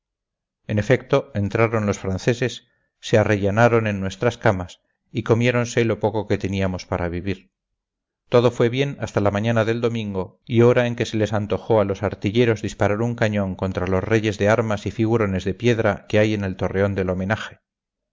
en efecto entraron los franceses se arrellanaron en nuestras camas y comiéronse lo poco que teníamos para vivir todo fue bien hasta la mañana del domingo y hora en que se les antojó a los artilleros disparar un cañón contra los reyes de armas y figurones de piedra que hay en el torreón del homenaje